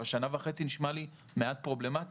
אבל שנה וחצי נשמע לי מעט בעייתי.